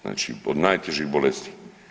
Znači od najtežih bolesti.